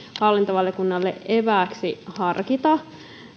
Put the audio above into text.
hallintovaliokunnalle evääksi harkita